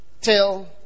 Till